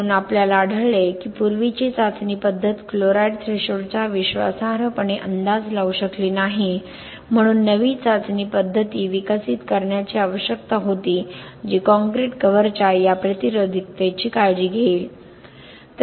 म्हणून आपल्याला आढळले की पूर्वीची चाचणी पद्धत क्लोराईड थ्रेशोल्डचा विश्वासार्हपणे अंदाज लावू शकली नाही म्हणून नवीन चाचणी पद्धती विकसित करण्याची आवश्यकता होती जी काँक्रीट कव्हरच्या या प्रतिरोधकतेची काळजी घेईल